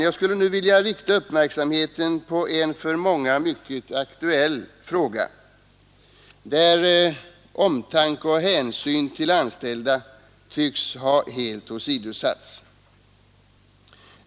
Jag skulle nu vilja rikta uppmärksamheten på en för många mycket aktuell fråga, där omtanke och hänsyn till anställda tycks helt ha åsidosatts.